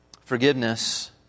Forgiveness